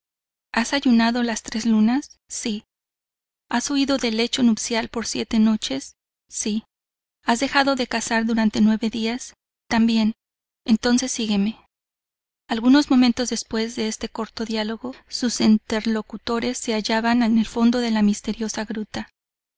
has ayunado las tres lunas si has huido del lecho nupcial por siete noches sí has dejado de cazar durante nueve días también entonces sígueme algunos momentos después de este corto dialogo sus interlocutores se hallaban en el fondo de la misteriosa gruta